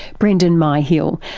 brendan myhill,